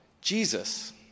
Jesus